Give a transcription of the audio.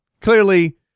clearly